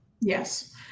Yes